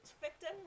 victim